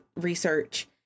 research